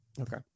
Okay